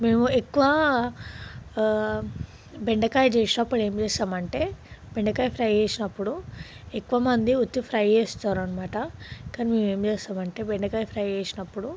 మేము ఎక్కువ బెండకాయ చేసినప్పుడు ఏం చేస్తాము అంటే బెండకాయ ఫ్రై చేసినప్పుడు ఎక్కువ మంది ఒత్తి ఫ్రై చేస్తారు అన్నమాట కానీ మేము చేస్తాము అంటే బెండకాయ ఫ్రై చేసినప్పుడు